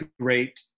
great